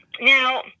Now